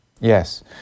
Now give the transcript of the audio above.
Yes